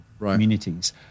communities